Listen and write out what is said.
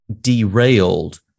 derailed